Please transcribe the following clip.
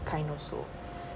kind also